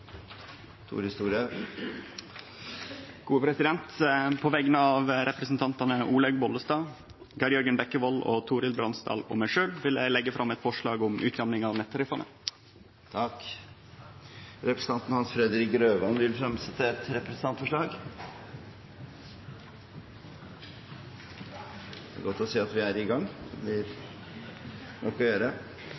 Tore Storehaug vil fremsette et representantforslag. På vegner av representantane Olaug V. Bollestad, Geir Jørgen Bekkevold, Torhild Bransdal og meg sjølv vil eg leggje fram eit forslag om utjamning av nettariffane. Representanten Hans Fredrik Grøvan vil fremsette et representantforslag. På vegne av representantene Torhild Bransdal, Tore Storehaug, Steinar Reiten og meg selv har jeg gleden av å